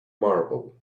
marble